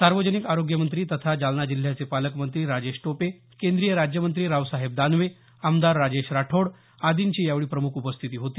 सार्वजनिक आरोग्य मंत्री तथा जालना जिल्ह्याचे पालक मंत्री राजेश टोपे केंद्रीय राज्यमंत्री रावसाहेब दानवे आमदार राजेश राठोड आदींची यावेळी प्रमुख उपस्थिती होती